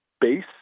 base